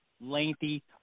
lengthy